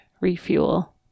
refuel